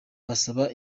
basaba